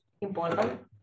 important